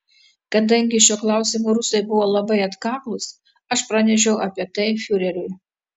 kadangi šiuo klausimu rusai buvo labai atkaklūs aš pranešiau apie tai fiureriui